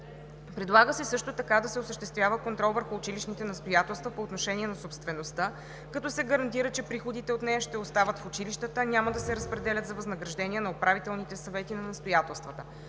Предлага се също така да се осъществява контрол върху училищните настоятелства по отношение на собствеността, като се гарантира, че приходите от нея ще остават в училищата, а няма да се разпределят за възнаграждения на управителните съвети на настоятелствата.